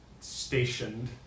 stationed